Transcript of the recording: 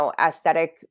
aesthetic